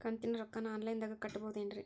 ಕಂತಿನ ರೊಕ್ಕನ ಆನ್ಲೈನ್ ದಾಗ ಕಟ್ಟಬಹುದೇನ್ರಿ?